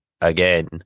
again